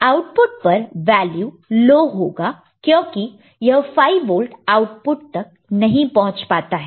output पर value low होगा क्योंकि यह 5 वोल्ट आउटपुट तक नहीं पहुंच पाता है